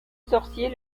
sorcier